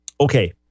Okay